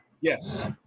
yes